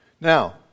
Now